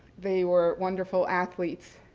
they were wonderful athletes.